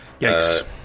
Yikes